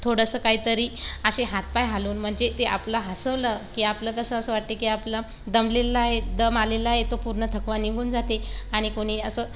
थोडंसं काय तरी असे हातपाय हालवून म्हणजे ते आपलं हसवलं की आपलं कसं असं वाटतं की आपलं दमलेलं आहे दम आलेला आहे तो पूर्ण थकवा निघून जाते आणि कोणी असं